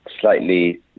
slightly